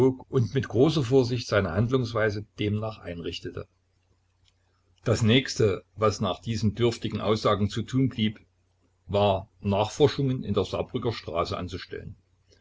und mit großer vorsicht seine handlungsweise demnach einrichtete das nächste was nach diesen dürftigen aussagen zu tun blieb war nachforschungen in der saarbrücker straße anzustellen